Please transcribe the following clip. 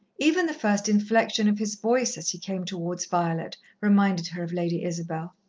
even the first inflection of his voice, as he came towards violet, reminded her of lady isabel.